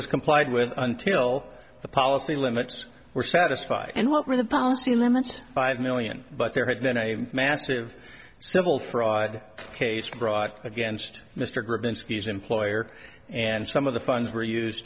was complied with until the policy limits were satisfied and what were the policy limits five million but there had been a massive civil fraud case brought against mr gribben ski's employer and some of the funds were used